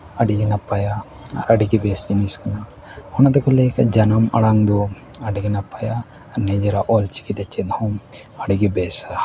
ᱟᱹᱰᱤ ᱜᱮ ᱱᱟᱯᱟᱭᱟ ᱟᱨ ᱟᱹᱰᱤ ᱜᱮ ᱵᱮᱥ ᱡᱤᱱᱤᱥ ᱠᱟᱱᱟ ᱚᱱᱟ ᱛᱮᱠᱚ ᱞᱟᱹᱭ ᱟᱠᱟᱫᱼᱟ ᱡᱟᱱᱟᱢ ᱟᱲᱟᱝ ᱫᱚ ᱟᱹᱰᱤ ᱜᱮ ᱱᱟᱯᱟᱭᱟ ᱟᱨ ᱱᱤᱡᱮᱨᱟᱜ ᱚᱞ ᱪᱤᱠᱤ ᱛᱮ ᱪᱮᱫ ᱦᱚᱸ ᱟᱹᱰᱤ ᱜᱮ ᱵᱮᱥᱟ